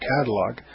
catalog